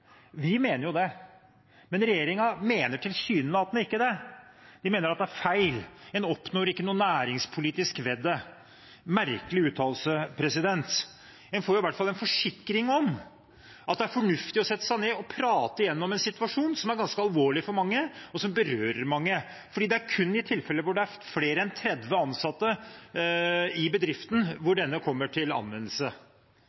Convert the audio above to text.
Vi mener det. Men regjeringen mener tilsynelatende ikke det. De mener at det er feil. En oppnår ikke noe næringspolitisk ved det – en merkelig uttalelse. En får i hvert fall en forsikring om at det er fornuftig å sette seg ned og prate igjennom en situasjon som er ganske alvorlig for mange, og som berører mange, for det er kun i tilfeller hvor det er flere enn 30 ansatte i bedriften